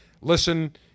listen